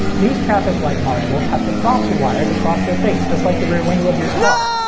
these traffic light modules have defroster wires across their face, just like the rear window of your car.